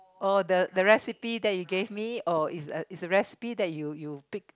oh the the recipe that you gave me oh is a is a recipe that you you pick